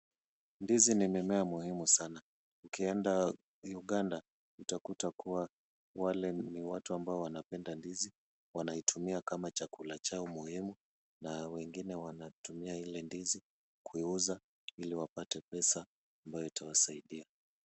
Ndizi ni mimea muhimu sana. Ukienda Uganda, utakuta kuwa wale ni watu ambao wanapenda ndizi. Wanaitumia kama chakula Chao muhimu. Na wengine wanatumia ile ndizi kuiuza ili wapate pesa ambayo itawasaidia.